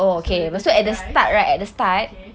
so there's these guys okay